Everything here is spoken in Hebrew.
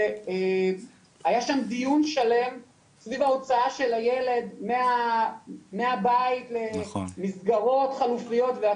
שהיה שם דיון שלם סביב ההוצאה של הילד מהבית למסגרות חלופיות.